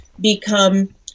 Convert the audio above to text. become